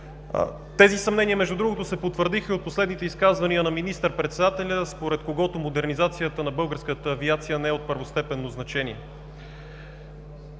Тези съмнения се потвърдиха и от последните изказвания на министър-председателя, според когото модернизацията на българската авиация не е от първостепенно значение.